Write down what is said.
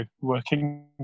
working